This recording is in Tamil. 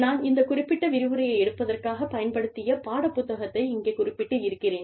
நான் இந்த குறிப்பிட்ட விரிவுரையை எடுப்பதற்காகப் பயன்படுத்திய பாடப் புத்தகத்தை இங்கே குறிப்பிட்டு இருக்கிறேன்